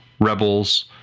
Rebels